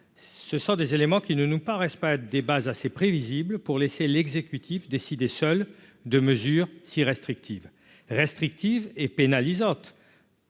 ce sont des éléments qui ne nous paraissent pas à des bases assez prévisible pour laisser l'exécutif décider seule de mesures si restrictive restrictive et pénalisante.